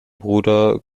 bruder